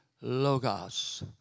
Logos